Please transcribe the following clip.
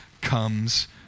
comes